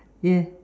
yeah